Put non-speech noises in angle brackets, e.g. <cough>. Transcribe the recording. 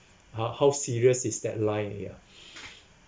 !huh! how serious is that lie here <breath>